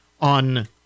on